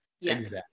Yes